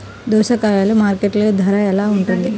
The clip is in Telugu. దోసకాయలు మార్కెట్ ధర ఎలా ఉంటుంది?